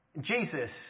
Jesus